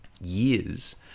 years